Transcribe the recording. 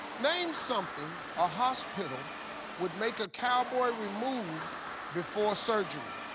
name something a hospital would make a cowboy remove before surgery.